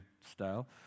style